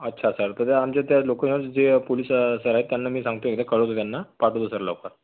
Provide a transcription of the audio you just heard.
अच्छा सर कसं आहे आमच्या त्या लोकेशनवर जे पोलीस स सर आहेत त्यांना मी सांगतो एकदा कळवतो त्यांना पाठवतो सर लवकर